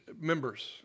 members